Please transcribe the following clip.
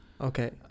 Okay